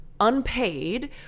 Unpaid